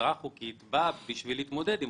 ההסדרה החוקית באה בשביל להתמודד עם